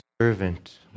servant